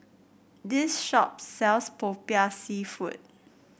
this shop sells Popiah seafood